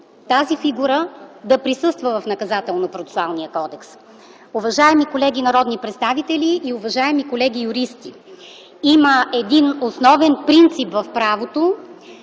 тази фигура да присъства в Наказателно-процесуалния кодекс? Уважаеми колеги народни представители, уважаеми колеги юристи, има един основен принцип в правото,